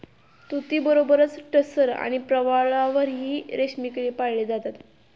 तुतीबरोबरच टसर आणि प्रवाळावरही रेशमी किडे पाळले जातात